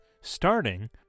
starting